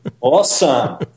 Awesome